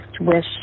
wish